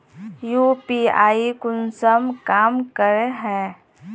UPI कुंसम काम करे है?